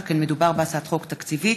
שכן מדובר בהצעת חוק תקציבית,